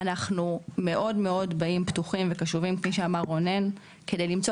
אותי לא מעניין איך תעשו